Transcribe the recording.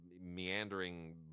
meandering